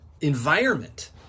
environment